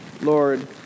Lord